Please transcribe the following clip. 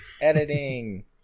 Editing